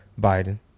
Biden